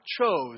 chose